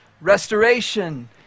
restoration